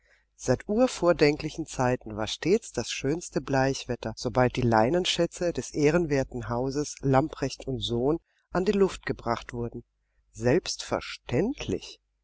seit urvordenklichen zeiten war stets das schönste bleichwetter sobald die leinenschätze des ehrenwerten hauses lamprecht und sohn an die luft gebracht wurden selbstverständlich